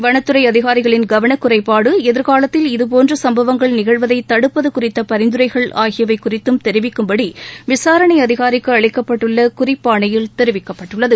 வனத்துறை அதிகாரிகளின் கவனக்குறைபாடு எதிர்காலத்தில் இதுபோன்று சும்பவங்கள் நிகழ்வதை தடுப்பது குறித்த பரிந்துரைகள் ஆகியவை குறித்தும் தெரிவிக்கும்படி விசாரணை அதிகாரிக்கு அளிக்கப்பட்டுள்ள குறிப்பாணையில் தெரிவிக்கப்பட்டுள்ளது